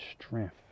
strength